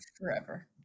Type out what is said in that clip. forever